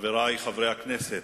חברי חברי הכנסת,